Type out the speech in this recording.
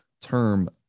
term